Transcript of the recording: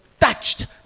touched